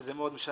שזה מאוד משנה?